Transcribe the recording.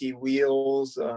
wheels